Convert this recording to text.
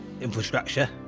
infrastructure